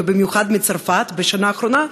ובמיוחד מצרפת בשנה האחרונה,